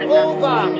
over